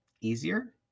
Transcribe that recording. easier